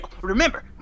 remember